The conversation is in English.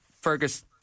Fergus